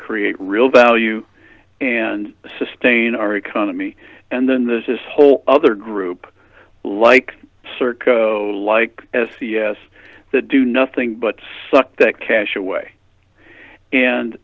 create real value and sustain our economy and then there's this whole other group like cirque like s e s that do nothing but suck that cash away and